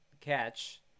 catch—